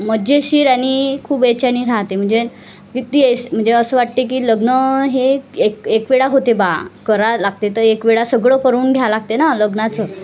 मज्जेशीर आणि खूप याच्याने राहाते म्हणजे व्यक्ती म्हणजे असं वाटते की लग्न हे एक एकवेळा होते बा करावे लागते तर एकवेळा सगळं करून घ्या लागते ना लग्नाचं